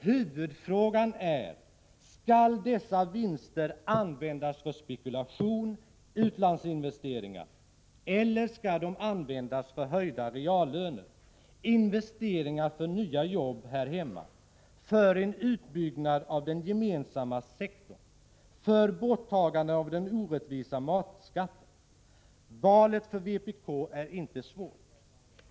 Huvudfrågan är: Skall dessa vinster användas för spekulation och utlandsinvesteringar, eller skall de användas för höjda reallöner, investeringar för nya jobb här hemma, för en utbyggnad av den gemensamma sektorn och för borttagande av den orättvisa matskatten? Valet för vpk är inte svårt.